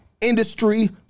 industry